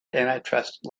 antitrust